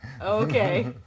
Okay